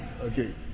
Okay